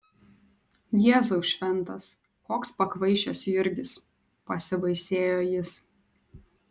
jėzau šventas koks pakvaišęs jurgis pasibaisėjo jis